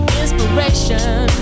inspiration